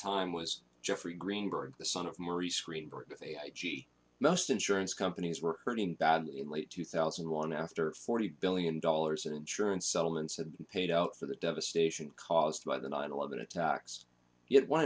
time was jeffrey greenberg the son of marie screen for most insurance companies were hurting badly in late two thousand and one after forty billion dollars in insurance settlements had paid out for the devastation caused by the nine eleven attacks yet one